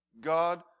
God